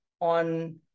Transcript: on